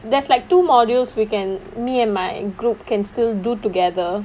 there's like two modules we can me and my group can still do together